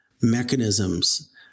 mechanisms